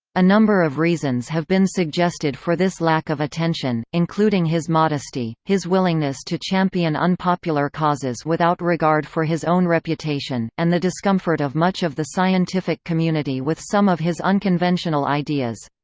a number of reasons have been suggested for this lack of attention, including his modesty, his willingness to champion unpopular causes without regard for his own reputation, and the discomfort of much of the scientific community with some of his unconventional ideas.